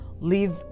leave